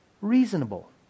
reasonable